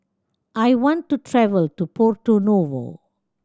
I want to travel to Porto Novo